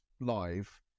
live